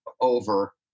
over